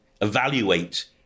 evaluate